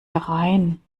herein